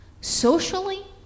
socially